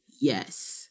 yes